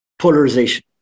polarization